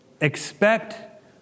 Expect